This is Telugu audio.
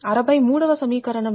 ఇది 64 వ సమీకరణం